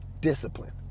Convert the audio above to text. Discipline